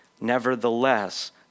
Nevertheless